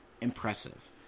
Impressive